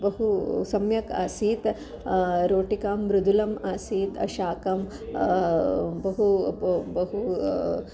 बहु सम्यक् आसीत् रोटिका मृदुला आसीत् शाकं बहु बहु